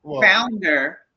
founder